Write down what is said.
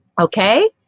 Okay